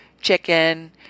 chicken